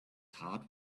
heart